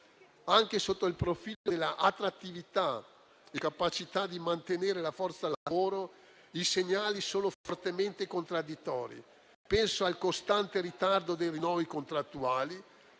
Anche sotto il profilo della attrattività e della capacità di mantenere la forza lavoro, i segnali sono fortemente contraddittori. Penso al costante ritardo dei rinnovi contrattuali,